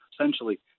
essentially